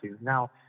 Now